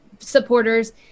supporters